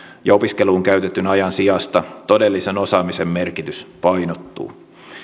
ja opiskeluun käytetyn ajan sijasta todellisen osaamisen merkitys painottuu